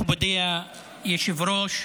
מכובדי היושב-ראש,